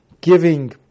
giving